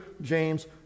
James